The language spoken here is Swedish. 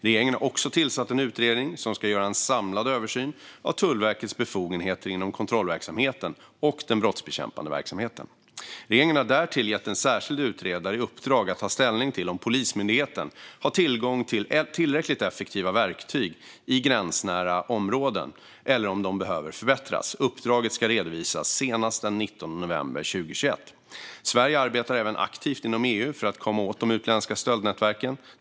Regeringen har också tillsatt en utredning som ska göra en samlad översyn av Tullverkets befogenheter inom kontrollverksamheten och den brottsbekämpande verksamheten. Regeringen har därtill gett en särskild utredare i uppdrag att ta ställning till om Polismyndigheten har tillgång till tillräckligt effektiva verktyg i gränsnära områden eller om de behöver förbättras. Uppdraget ska redovisas senast den 19 november 2021. Sverige arbetar även aktivt inom EU för att komma åt de utländska stöldnätverken.